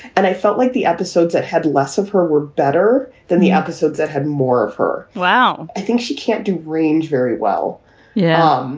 and i felt like the episodes that had less of her were better than the episodes that had more of her. wow i think she can't do range very well yeah um